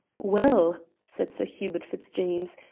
well, said sir hubert fitzjames,